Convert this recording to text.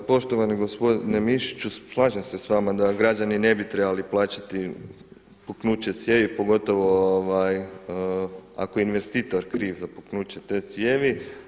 Pa poštovani gospodine Mišiću, slažem se s vama da građani ne bi trebali plaćati puknuće cijevi pogotovo ako je investitor kriv za puknuće te cijevi.